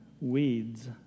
weeds